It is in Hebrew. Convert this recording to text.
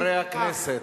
חברי הכנסת.